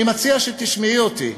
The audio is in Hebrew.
אני מציע שתשמעי אותי,